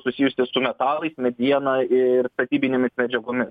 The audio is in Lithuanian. susijusios su metalais mediena ir statybinėmis medžiagomis